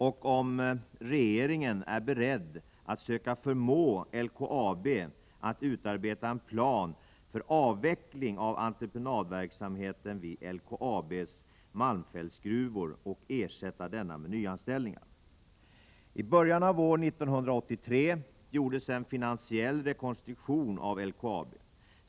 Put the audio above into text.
2. regeringen är beredd att söka förmå LKAB att utarbeta en plan för avveckling av entreprenadverksamheten vid LKAB:s malmfältsgruvor och ersätta denna med nyanställningar? I början av år 1983 gjordes en finansiell rekonstruktion av LKAB.